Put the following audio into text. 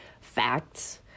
facts